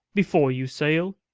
before you sail.